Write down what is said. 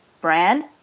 brand